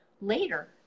later